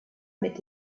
mit